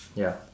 ya